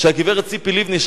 שהגברת ציפי לבני,